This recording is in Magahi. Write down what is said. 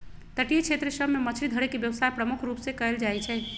तटीय क्षेत्र सभ में मछरी धरे के व्यवसाय प्रमुख रूप से कएल जाइ छइ